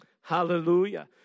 Hallelujah